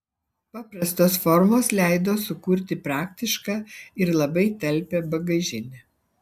paprastos formos leido sukurti praktišką ir labai talpią bagažinę